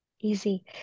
Easy